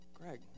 Greg